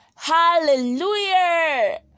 hallelujah